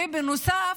ובנוסף,